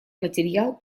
материал